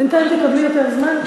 בינתיים תקבלי יותר זמן,